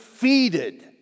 defeated